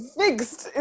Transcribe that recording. fixed